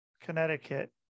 Connecticut